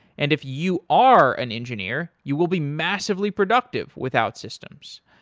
and if you are an engineer, you will be massively productive with outsystems.